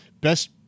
Best